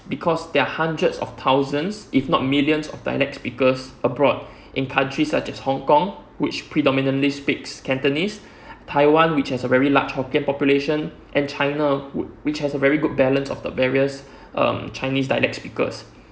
because there are hundreds of thousands if not millions of dialect speakers abroad in countries such as hong-kong which predominantly speaks cantonese taiwan which has a very large hokkien population and china would which has a very good balance of the various um chinese dialects speakers